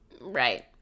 Right